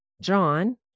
John